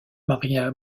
maria